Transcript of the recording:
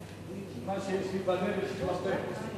מה שיש לי בלב יש לי בפה.